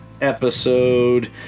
episode